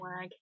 wag